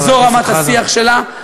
שזאת רמת השיח שלה,